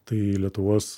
tai lietuvos